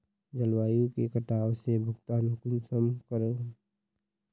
जलवायु के कटाव से भुगतान कुंसम करूम?